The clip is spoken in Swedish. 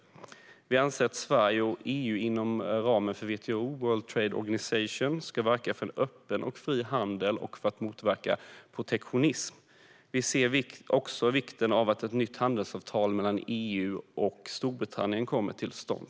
Vi anser att Sverige och EU inom ramen för WTO, World Trade Organization, ska verka för en öppen och fri handel och för att motverka protektionism. Vi ser också vikten av att ett nytt handelsavtal mellan EU och Storbritannien kommer till stånd.